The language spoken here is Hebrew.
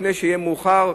לפני שיהיה מאוחר.